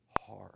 hard